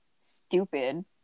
stupid